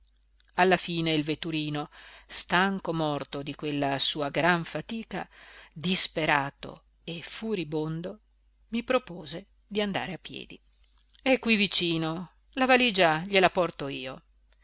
alla fine il vetturino stanco morto di quella sua gran fatica disperato e furibondo mi propose di andare a piedi è qui vicino la valigia gliela porto io